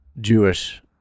Jewish